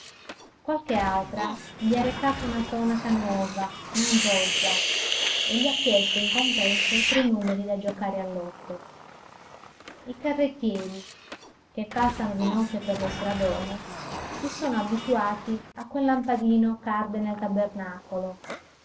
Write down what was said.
qualche altra gli ha recato una tonaca nuova men rozza e gli ha chiesto in compenso tre numeri da giocare al lotto i carrettieri che passano di notte per lo stradone si sono abituati a quel lampadino ch'arde nel tabernacolo